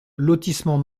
lotissement